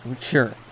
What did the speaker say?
sure